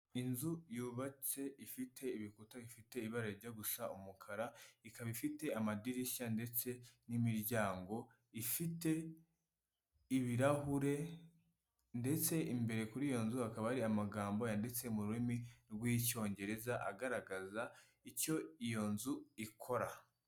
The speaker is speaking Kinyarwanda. Inzu yubatse ifite ibikuta bifite ibara rijya gusa umukara, ikaba ifite amadirishya ndetse n'imiryango, ifite ibirahure ndetse imbere kuri iyo nzu hakaba hari amagambo yanditse mu rurimi rw'icyongereza, agaragaza icyo iyo nzu ikora.